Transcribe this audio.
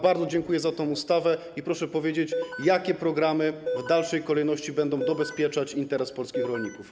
Bardzo dziękuję za tę ustawę i proszę powiedzieć, jakie programy w dalszej kolejności będą dobezpieczać interes polskich rolników.